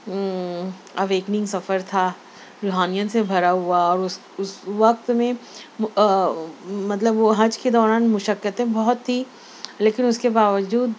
awakening سفر تھا روحانیت سے بھرا ہوا اور اس اس وقت میں مطلب وہ حج کے دوران مشقتیں بہت تھی لیکن اس کے باوجود